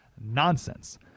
nonsense